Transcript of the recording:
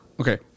Okay